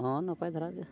ᱦᱚᱸ ᱱᱟᱯᱟᱭ ᱫᱷᱟᱨᱟᱜᱮ